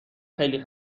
خیلی